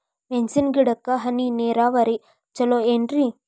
ಮೆಣಸಿನ ಗಿಡಕ್ಕ ಹನಿ ನೇರಾವರಿ ಛಲೋ ಏನ್ರಿ?